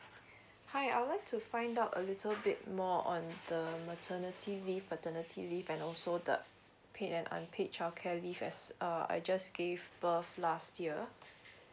hi I would like to find out a little bit more on the maternity leave paternity leave and also the paid and unpaid childcare leave as err I just gave birth last year